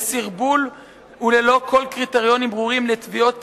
בסרבול וללא כל קריטריונים ברורים לתביעות פיצויים,